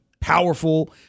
powerful